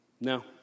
No